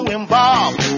involved